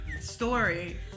story